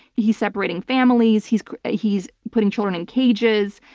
he's separating families, he's he's putting children in cages,